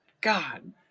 God